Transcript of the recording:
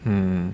mm